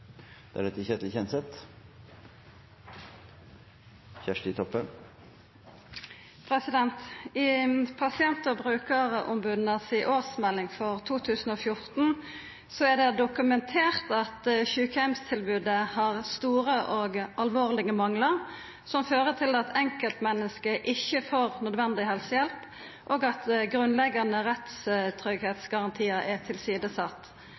pasient- og brukaromboda si årsmelding for 2014 er det dokumentert at sjukeheimstilbodet har store og alvorlege manglar som fører til at enkeltmenneske ikkje får nødvendig helsehjelp, og at grunnleggjande rettstryggleiksgarantiar er